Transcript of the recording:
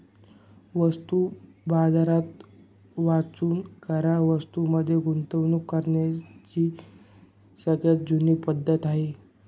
वस्तू बाजार वचन करार वस्तूं मध्ये गुंतवणूक करण्याची सगळ्यात जुनी पद्धत आहे